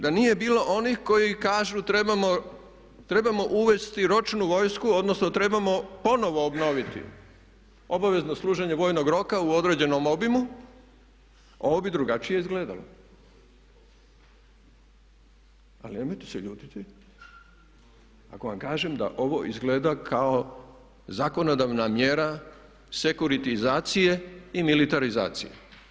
Da nije bilo onih koji kažu trebamo uvesti ročnu vojsku, odnosno trebamo ponovno obnoviti obavezno služenje vojnog roka u određenom obimu ovo bi drugačije izgledalo ali nemojte se ljutiti ako vam kažem da ovo izgleda kao zakonodavna mjera sekuritizacije i militarizacije.